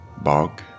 bog